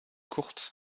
courte